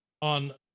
On